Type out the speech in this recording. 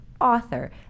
author